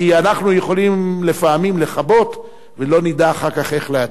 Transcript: כי אנחנו יכולים לפעמים לכבות ולא נדע אחר כך איך להדליק.